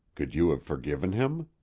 could you have forgiven him?